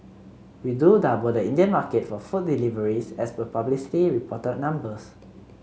we do double the Indian market for food deliveries as per publicly reported numbers